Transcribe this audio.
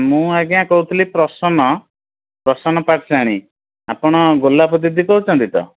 ମୁଁ ଆଜ୍ଞା କହୁଥିଲି ପ୍ରସନ୍ନ ପ୍ରସନ୍ନ ପାଟ୍ଟଶାଣୀ ଆପଣ ଗୋଲାପ ଦିଦି କହୁଛନ୍ତି ତ